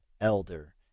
elder